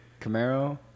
Camaro